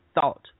thought